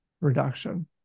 reduction